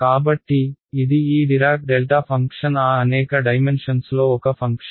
కాబట్టి ఇది ఈ డిరాక్ డెల్టా ఫంక్షన్ ఆ అనేక డైమెన్షన్స్లో ఒక ఫంక్షన్